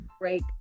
break